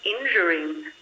injuring